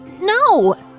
No